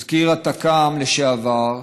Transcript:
הוא מזכיר התק"ם לשעבר,